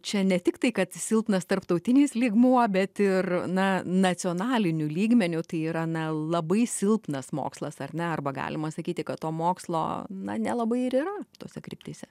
čia ne tiktai kad silpnas tarptautinis lygmuo bet ir na nacionaliniu lygmeniu tai yra na labai silpnas mokslas ar ne arba galima sakyti kad to mokslo na nelabai ir yra tose kryptyse